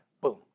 Boom